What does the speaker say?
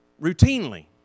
routinely